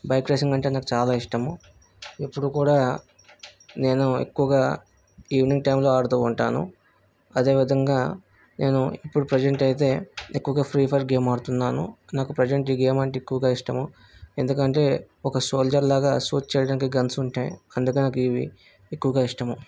bike racing అంటే నాకు చాలా ఇష్టము ఇప్పుడు కూడా నేను ఎక్కువగా ఈవెనింగ్ టైంలో ఆడుతు ఉంటాను అదే విధంగా నేను ఇప్పుడు ప్రెసెంట్ అయితే ఎక్కువగా ఫ్రీ ఫైర్ గేమ్ ఆడుతున్నాను నాకు ప్రెసెంట్ ఈ గేమ్ అంటే ఎక్కువగా ఇష్టము ఎందుకంటే ఒక సోల్జర్ లాగా షూట్ చేయడానికి గన్స్ ఉంటాయి అందుకని నాకు ఇవి ఎక్కువగా ఇష్టము